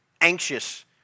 anxious